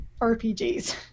RPGs